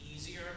easier